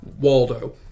Waldo